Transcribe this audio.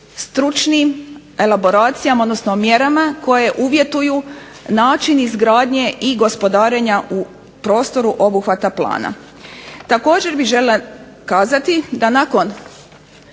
stručnim elaboracijama odnosno mjerama koje uvjetuju način izgradnje i gospodarenja u prostoru obuhvata plana. Također bih željela kazati da nakon